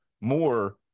more